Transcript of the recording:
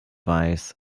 weiß